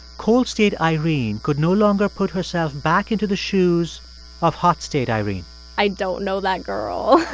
cold-state irene could no longer put herself back into the shoes of hot-state irene i don't know that girl